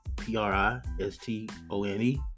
P-R-I-S-T-O-N-E